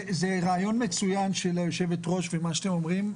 זה רעיון מצוין של היושבת ראש ומה שאתם אומרים,